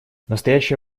настоящее